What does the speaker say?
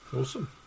Awesome